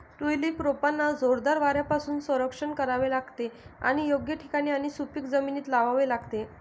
tulip रोपांना जोरदार वाऱ्यापासून संरक्षण करावे लागते आणि योग्य ठिकाणी आणि सुपीक जमिनीत लावावे लागते